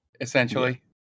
Essentially